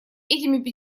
этими